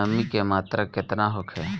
नमी के मात्रा केतना होखे?